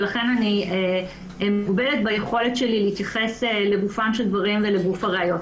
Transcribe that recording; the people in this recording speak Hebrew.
ולכן אני מוגבלת ביכולת שלי להתייחס לגופם של דברים ולגוף הראיות.